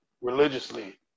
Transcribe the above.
religiously